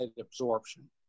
absorption